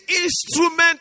instrument